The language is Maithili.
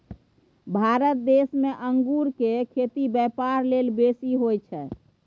भारत देश में अंगूर केर खेती ब्यापार लेल बेसी होई छै